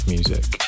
Music